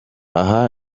aha